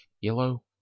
yellow